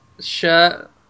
Shirt